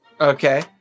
Okay